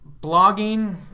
blogging